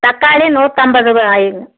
தக்காளி நூற்றிம்பதுரூவாயிங்க